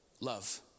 love